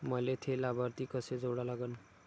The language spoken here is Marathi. मले थे लाभार्थी कसे जोडा लागन?